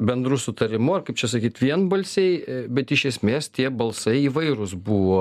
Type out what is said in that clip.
bendru sutarimu ar kaip čia sakyt vienbalsiai bet iš esmės tie balsai įvairūs buvo